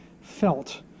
felt